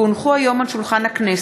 כי הונחו היום על שולחן הכנסת,